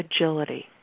agility